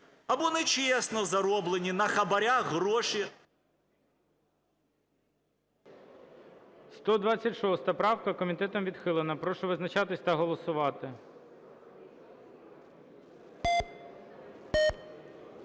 або нечесно зароблені на хабарах гроші…